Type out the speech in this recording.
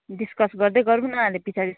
discuss गर्दै गरौँ न अहिले पछाडि